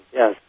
yes